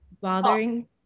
bothering